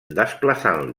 desplaçant